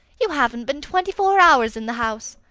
you haven't been twenty-four hours in the house.